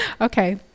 Okay